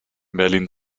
merlin